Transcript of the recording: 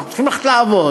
אנחנו צריכים ללכת לעבוד,